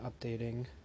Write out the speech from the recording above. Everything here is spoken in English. updating